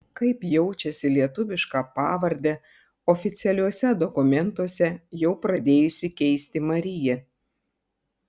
kaip jaučiasi lietuvišką pavardę oficialiuose dokumentuose jau pradėjusi keisti marija